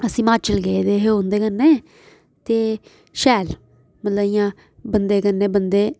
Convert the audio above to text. अस हिमाचल गेदे हे उं'दे कन्नै ते शैल मतलब इयां बंदे कन्नै बंदे